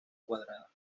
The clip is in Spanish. cuadrada